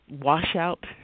washout